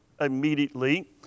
immediately